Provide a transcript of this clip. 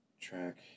Track